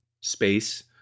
space